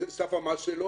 זה סף המס שלו,